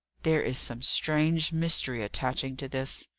there is some strange mystery attaching to this.